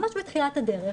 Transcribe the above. ממש בתחילת הדרך,